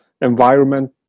environment